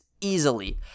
easily